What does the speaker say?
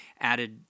added